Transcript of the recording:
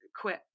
quit